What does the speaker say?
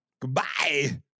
Goodbye